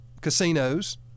casinos